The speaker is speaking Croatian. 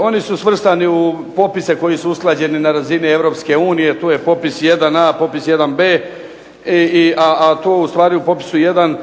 Oni su svrstani u popise koji su usklađeni na razini EU. To je popis 1A, 1B. A tu ustvari u popisu 1